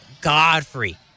Godfrey